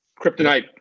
kryptonite